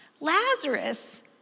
Lazarus